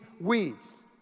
Weeds